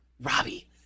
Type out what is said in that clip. Robbie